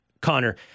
Connor